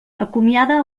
acomiada